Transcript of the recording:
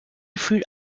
fut